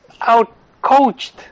out-coached